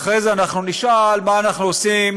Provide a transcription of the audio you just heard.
אחרי זה אנחנו נשאל מה אנחנו עושים